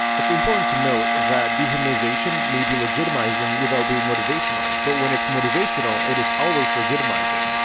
it's important to note that dehumanization may be legitimizing without being motivational, but when it's motivational it is always legitimizing.